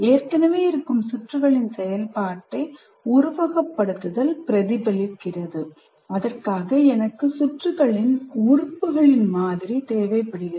ஏற்கனவே இருக்கும் சுற்றுகளின் செயல்பாட்டை உருவகப்படுத்துதல் பிரதிபலிக்கிறது அதற்காக எனக்கு சுற்றுகளின் உறுப்புகளின் மாதிரி தேவைப்படுகிறது